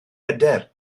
hyder